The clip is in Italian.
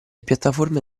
piattaforme